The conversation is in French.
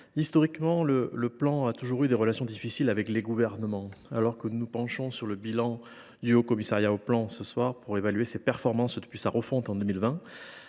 Historiquement, le Plan a toujours eu des relations difficiles avec les gouvernements. ». Alors que nous nous penchons ce soir sur le bilan du Haut Commissariat au plan et à la prospective pour évaluer ses performances depuis sa refonte en 2020,